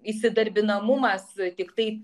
įsidarbinamumas tiktai